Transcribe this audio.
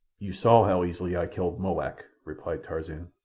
you saw how easily i killed molak, replied tarzan.